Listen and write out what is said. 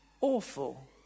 awful